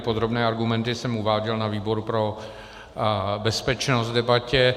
Podrobné argumenty jsem uváděl na výboru pro bezpečnost v debatě.